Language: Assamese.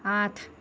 আঠ